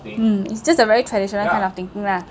mm it's just a very traditional kind of thinking lah